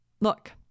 Look